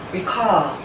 recall